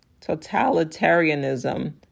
totalitarianism